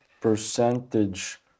percentage